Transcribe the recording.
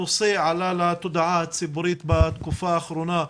הנושא עלה לתודעה הציבורית בתקופה האחרונה,